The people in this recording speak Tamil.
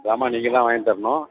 ஜாமான் நீங்கள் தான் வாங்கித் தரணும்